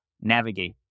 navigate